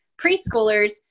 preschoolers